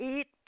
Eat